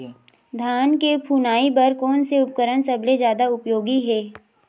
धान के फुनाई बर कोन से उपकरण सबले जादा उपयोगी हे?